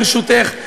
ברשותך,